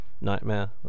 nightmare